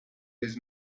his